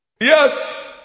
Yes